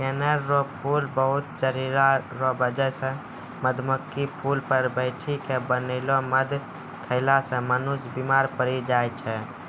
कनेर रो फूल बहुत जहरीला रो बजह से मधुमक्खी फूल पर बैठी के बनैलो मध खेला से मनुष्य बिमार पड़ी जाय छै